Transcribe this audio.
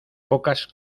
pocas